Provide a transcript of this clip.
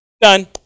Done